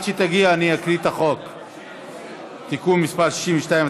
(תיקון מס' 62),